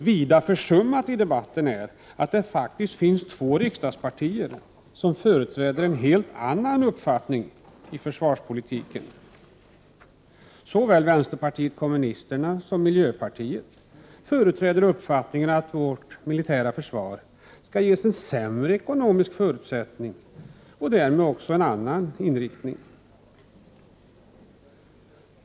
Vida försummat i denna debatt är att det faktiskt finns två riksdagspartier som företräder en helt annan uppfattning i försvarspolitiken. Såväl vänsterpartiet kommunisterna som miljöpartiet företräder uppfattningen att vårt militära försvar skall ges en sämre ekonomisk förutsättning och därmed också en annan inriktning.